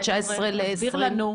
לתשע עשרה?